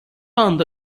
anda